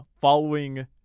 following